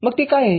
मग ते काय आहे